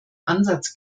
ansatz